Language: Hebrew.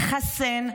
חסן,